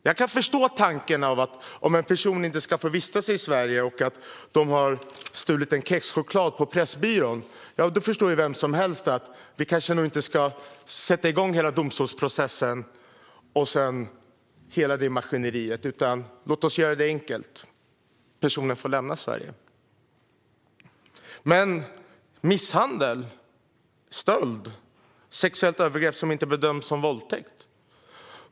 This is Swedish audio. Jag kan förstå tanken att för en person som inte får vistas i Sverige, och som har stulit en kexchoklad i Pressbyrån, ska inte en hel domstolsprocess och hela det övriga maskineriet sättas igång. Låt oss göra det enkelt; personen får lämna Sverige. Men sedan finns misshandel, stöld och sexuellt övergrepp som inte bedöms som våldtäkt.